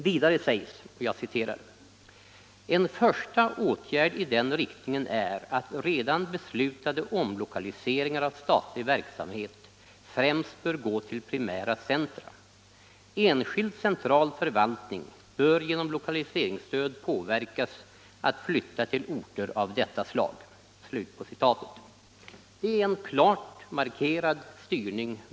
Vidare sägs: ”En första åtgärd i den riktningen är att redan beslutade omlokaliseringar av statlig verksamhet främst bör gå till primära centra. Enskild central förvaltning bör genom lokaliseringsstöd påverkas att flytta till orter av detta slag.” Det är med andra ord en klart markerad styrning.